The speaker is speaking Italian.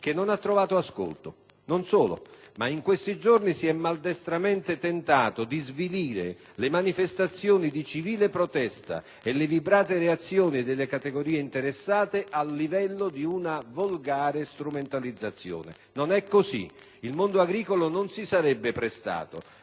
che non ha trovato ascolto. Non solo, ma in questi giorni si è maldestramente tentato di svilire le manifestazioni di civile protesta e le vibrate reazioni delle categorie interessate, al livello di una volgare strumentalizzazione. Non è così! Il mondo agricolo non si sarebbe prestato,